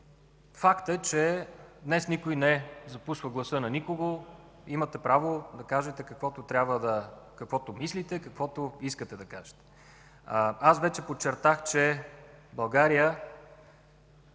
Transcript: Факт е, че днес никой не е запушвал гласа на никого. Имате право да кажете каквото мислите, каквото искате да кажете. Аз вече подчертах, че България